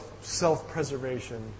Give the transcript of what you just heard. self-preservation